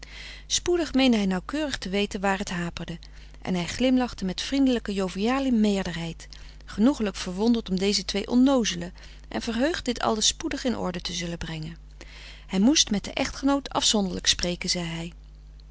spoedig meende hij nauwkeurig te weten waar het haperde en hij glimlachte met vriendelijke joviale meerderheid genoegelijk verwonderd om deze twee onnoozelen en verheugd dit alles spoedig in orde te zullen brengen hij moest met den echtgenoot afzonderlijk spreken zei hij